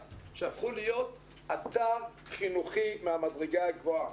שהפכו להיות אתר חינוכי מהמדרגה הגבוהה.